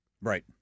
Right